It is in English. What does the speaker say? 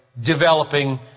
developing